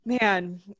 Man